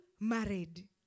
Married